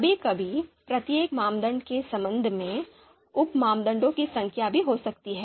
कभी कभी प्रत्येक मानदंड के संबंध में उप मानदंडों की संख्या भी हो सकती है